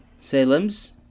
salems